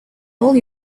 all